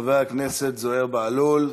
חבר הכנסת זוהיר בהלול,